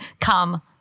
come